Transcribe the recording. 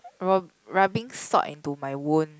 rob rubbing salt into my wound